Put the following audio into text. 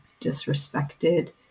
disrespected